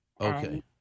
Okay